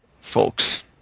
folks